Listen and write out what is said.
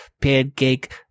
pancake